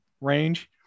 range